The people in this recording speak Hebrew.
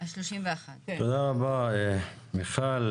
תודה רבה מיכל,